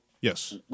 Yes